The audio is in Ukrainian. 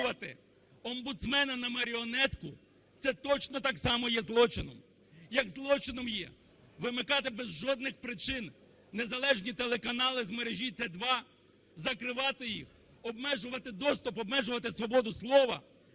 омбудсмена на маріонетку – це точно так само є злочином, як злочином є вимикати без жодних причин незалежні телеканали з мережі "Т2", закривати їх, обмежувати доступ, обмежувати свободу слова,